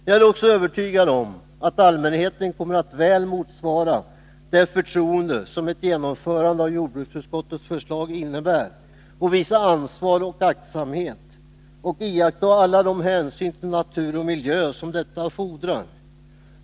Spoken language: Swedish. Jag är också övertygad om att allmänheten kommer att väl motsvara det förtroende som ett genomförande av jordbruksutskottets förslag innebär, visa ansvar och aktsamhet och iaktta alla de hänsyn till natur och miljö som detta fordrar.